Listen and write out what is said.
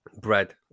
bread